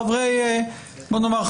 בוא נאמר,